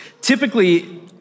Typically